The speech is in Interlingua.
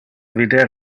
vider